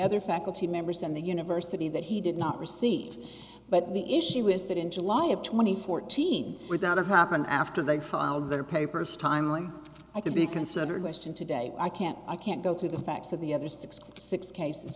other faculty members and the university that he did not receive but the issue is that in july of twenty fourteen without a happen after they file their papers timely i could be considered question today i can't i can't go through the facts of the other sixty six cases